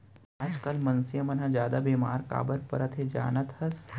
आजकाल मनसे मन जादा बेमार काबर परत हें जानत हस?